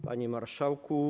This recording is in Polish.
Panie Marszałku!